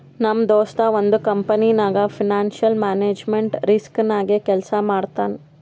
ನಮ್ ದೋಸ್ತ ಒಂದ್ ಕಂಪನಿನಾಗ್ ಫೈನಾನ್ಸಿಯಲ್ ಮ್ಯಾನೇಜ್ಮೆಂಟ್ ರಿಸ್ಕ್ ನಾಗೆ ಕೆಲ್ಸಾ ಮಾಡ್ತಾನ್